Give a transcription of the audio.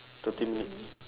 thirty minutes